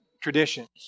traditions